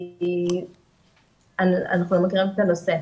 כי אנחנו לא מכירים את הנושא.